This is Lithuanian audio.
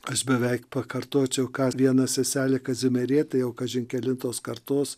aš beveik pakartočiau ką viena seselė kazimierietė jau kažin kelintos kartos